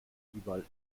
überall